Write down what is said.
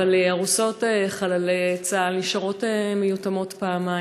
אבל ארוסות חללי צה"ל נשארות מיותמות פעמיים,